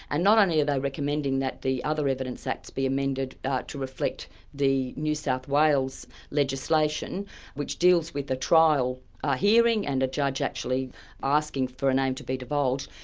and not only are they recommending that the other evidence acts be amended to reflect the new south wales legislation which deals with the trial hearing and a judge actually asking for a name to be divulged,